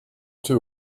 too